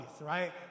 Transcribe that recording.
right